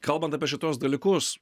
kalbant apie šituos dalykus